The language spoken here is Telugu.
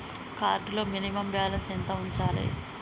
కార్డ్ లో మినిమమ్ బ్యాలెన్స్ ఎంత ఉంచాలే?